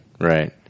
right